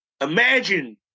Imagine